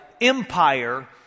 empire